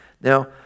Now